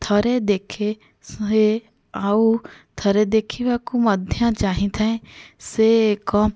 ଥରେ ଦେଖେ ସହେ ଆଉ ଥରେ ଦେଖିବାକୁ ମଧ୍ୟ ଚାହିଁଥାଏ ସେ ଏକ